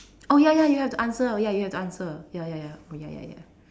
oh ya ya you have to answer oh ya you have to answer ya ya ya oh ya ya ya